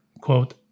quote